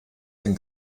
den